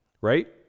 right